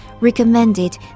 recommended